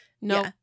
no